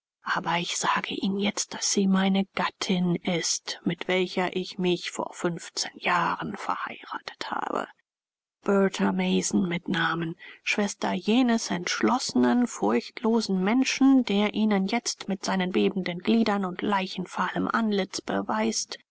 aber ich sage ihnen jetzt daß sie meine gattin ist mit welcher ich mich vor fünfzehn jahren verheiratet habe bertha mason mit namen schwester jenes entschlossenen furchtlosen menschen der ihnen jetzt mit seinen bebenden gliedern und leichenfahlem antlitz beweist